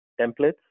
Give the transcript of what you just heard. templates